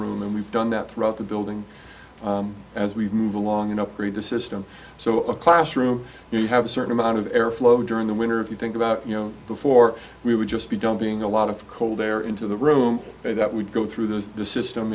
room and we've done that throughout the building as we've moved along in upgrade the system so a classroom you have a certain amount of airflow during the winter if you think about you know before we would just be dumping a lot of cold air into the room that would go through those the system